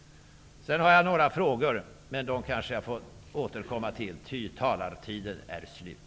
Jag har några frågor, men dem kanske jag får återkomma till, ty talartiden är slut.